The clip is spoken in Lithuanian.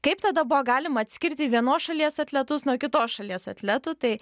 kaip tada buvo galima atskirti vienos šalies atletus nuo kitos šalies atletų tai